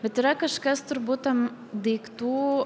bet yra kažkas turbūt tam daiktų